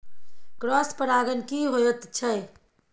Cross परागण की होयत छै?